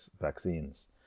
vaccines